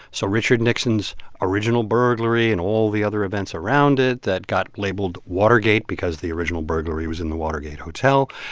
so richard nixon's original burglary and all the other events around it that got labeled watergate because the original burglary was in the watergate hotel.